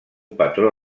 patró